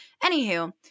Anywho